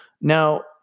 Now